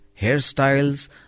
hairstyles